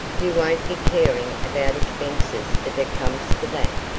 you won't be caring about expenses if it comes to that.